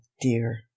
dear